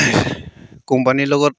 কোম্পানীৰ লগত